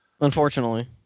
Unfortunately